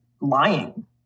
lying